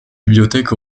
bibliothèques